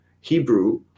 Hebrew